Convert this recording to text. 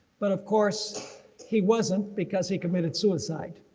but of course he wasn't, because he committed suicide.